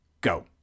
go